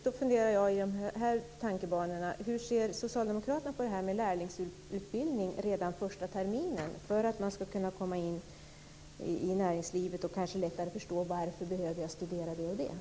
Då undrar jag hur socialdemokraterna ser på lärlingsutbildning redan under den första terminen för att eleverna ska kunna komma in i näringslivet och kanske lättare förstå varför de måste studera vissa saker.